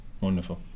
Wonderful